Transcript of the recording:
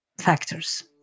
factors